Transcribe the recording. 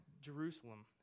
Jerusalem